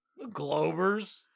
Globers